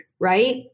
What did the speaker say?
right